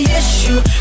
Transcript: issue